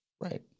Right